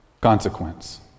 consequence